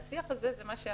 והשיח הזה זה משהו